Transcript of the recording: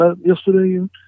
yesterday